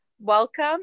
welcome